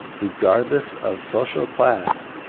regardless of social class,